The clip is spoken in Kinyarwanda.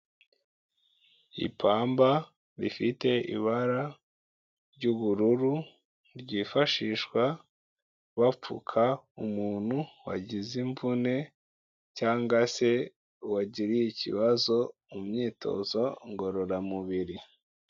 Ipamba rifite ibara ry'ubururu, ryifashishwa bapfuka umuntu wagize imvune cyangwa se wagiriye ikibazo mu myitozo ngororamubiri.